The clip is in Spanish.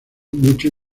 muchos